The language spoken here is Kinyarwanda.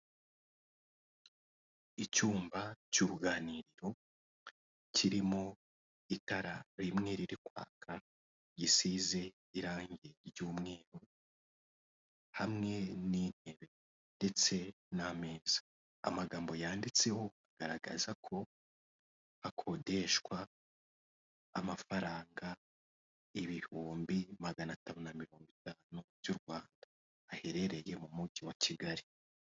Icyumba cy'uruganiriro kirimo itara rimwe riri kwaka, gisize irangi ry'umweru hamwe n'intebe ndetse n'ameza. Amagambo yanditseho agaragaza ko hakodeshwa amafaranga ibihumbi magana atanu na mirongo itanu by'u Rwanda, haherereye mu mujyi wa Kigali.